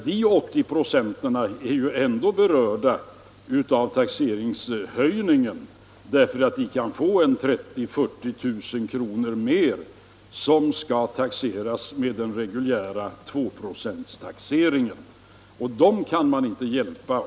Dessa 80 96 är naturligtvis ändå berörda av höjningen av taxeringsvärdena, eftersom de kan få en uppräkning av dessa med 30 000-40 000 kr. som skall taxeras med den reguljära procentsatsen 2 26.